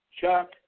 Chuck